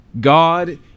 God